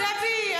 דבי,